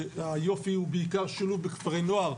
והיופי הוא בעיקר שילוב בכפרי נוער.